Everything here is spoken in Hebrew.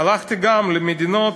הלכתי גם למדינות,